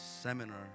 Seminar